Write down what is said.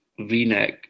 v-neck